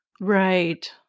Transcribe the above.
Right